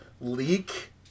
leak